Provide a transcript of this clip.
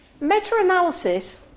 Meta-analysis